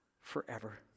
forever